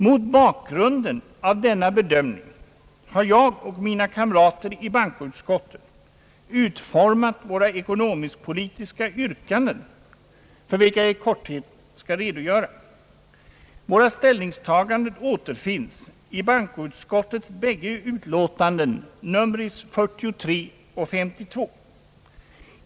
Mot bakgrunden av denna bedömning har jag och mina kamrater i bankoutskottet utformat våra ekonomiskpolitiska yrkanden, för vilka jag i korthet skall redogöra. Våra ställningstaganden återfinns i bankoutskottets båda utlåtanden nr 43 och nr 52.